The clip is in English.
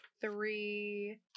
three